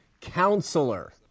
Counselor